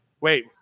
wait